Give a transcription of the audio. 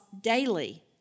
daily